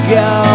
go